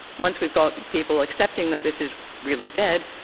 once we've got people accepting that this is really dead,